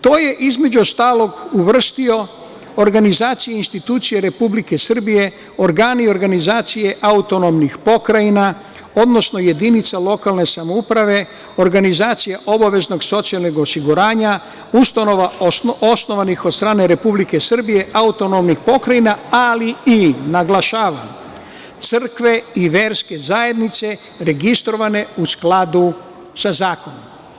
Tu je između ostalog uvrstio organizacije i institucije Republike Srbije, organi i organizacije AP, odnosno jedinica lokalne samouprave, organizacije obaveznog socijalnog osiguranja, ustanova osnovanih od strane Republike Srbije, autonomnih pokrajina, ali i, naglašavam, crkve i verske zajednice registrovane u skladu sa zakonom.